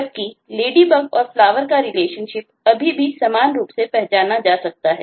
जबकि Ladybug और Flower का रिलेशनशिप अभी भी समान रूप से पहचाना जा सकता है